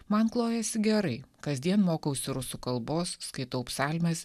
man klojasi gerai kasdien mokausi rusų kalbos skaitau psalmes